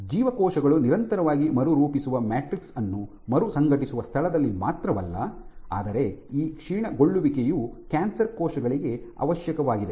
ಜೀವಕೋಶಗಳು ನಿರಂತರವಾಗಿ ಮರುರೂಪಿಸುವ ಮ್ಯಾಟ್ರಿಕ್ಸ್ ಅನ್ನು ಮರುಸಂಘಟಿಸುವ ಸ್ಥಳದಲ್ಲಿ ಮಾತ್ರವಲ್ಲ ಆದರೆ ಈ ಕ್ಷೀಣಗೊಳ್ಳುವಿಕೆಯು ಕ್ಯಾನ್ಸರ್ ಕೋಶಗಳಿಗೆ ಅವಶ್ಯಕವಾಗಿದೆ